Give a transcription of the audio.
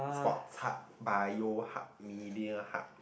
sport hub bio hub media hub